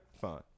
Fine